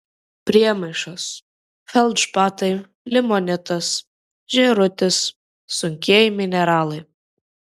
priemaišos feldšpatai limonitas žėrutis sunkieji mineralai